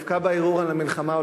דווקא בהרהור על המלחמה,